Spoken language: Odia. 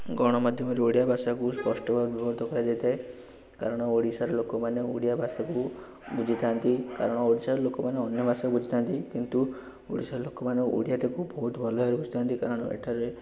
ଗଣମାଧ୍ୟମରେ ଓଡ଼ିଆ ଭାଷାକୁ ସ୍ପଷ୍ଟ ଭାବରେ ବିଭକ୍ତ କରାଯାଇଥାଏ କାରଣ ଓଡ଼ିଶାର ଲୋକମାନେ ଓଡ଼ିଆ ଭାଷାକୁ ବୁଝିଥାନ୍ତି କାରଣ ଓଡ଼ିଶାର ଲୋକମାନେ ଅନ୍ୟଭାଷା ବୁଝିଥାନ୍ତି କିନ୍ତୁ ଓଡ଼ିଶାର ଲୋକମାନେ ଓଡ଼ିଆଟାକୁ ବହୁତ ଭଲ ଭାବରେ ବୁଝିଥାନ୍ତି କାରଣ ଏଠାରେ